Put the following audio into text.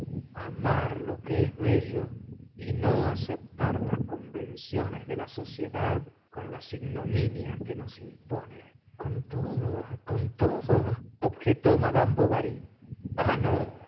amar lo que es bello y no aceptar las convenciones de la sociedad con las ignominias que nos impone con todo con todo objetó mad bovary ah no